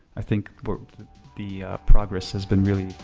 i think the progress has been really,